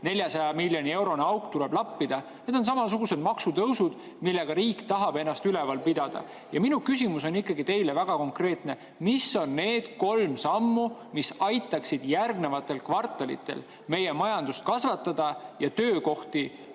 400 miljoni eurone auk tuleb lappida – need on samasugused maksutõusud, millega riik tahab ennast üleval pidada. Ja minu küsimus on teile väga konkreetne: mis on need kolm sammu, mis aitaksid järgnevatel kvartalitel meie majandust kasvatada ja luua töökohti